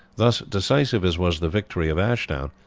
thus, decisive as was the victory of ashdown,